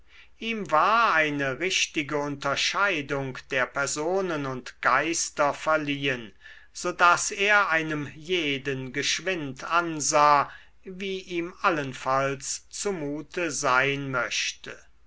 ihm war eine richtige unterscheidung der personen und geister verliehen so daß er einem jeden geschwind ansah wie ihm allenfalls zumute sein möchte